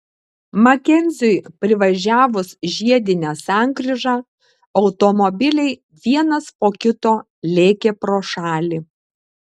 makenziui privažiavus žiedinę sankryžą automobiliai vienas po kito lėkė pro šalį